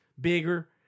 bigger